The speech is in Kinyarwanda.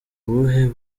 ubuhe